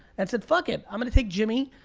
and said, fuck it! i'm gonna take jimmy,